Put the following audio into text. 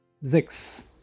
Sechs